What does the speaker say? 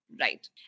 Right